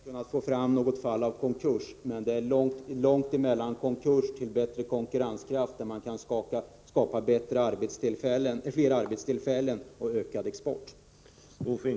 Herr talman! Det är riktigt att ni inte har lyckats få fram något fall av konkurs. Men det är långt mellan konkurs och bättre konkurrenskraft, så att man kan skapa fler arbetstillfällen och öka exporten.